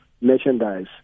merchandise